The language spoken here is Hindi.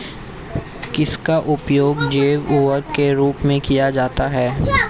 किसका उपयोग जैव उर्वरक के रूप में किया जाता है?